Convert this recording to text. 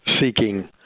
seeking